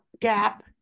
gap